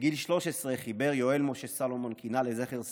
בגיל 13 חיבר יואל משה סלומון קינה לזכר סבו: